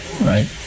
right